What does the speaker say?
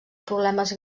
problemes